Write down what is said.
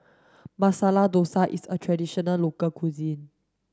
Masala Dosa is a traditional local cuisine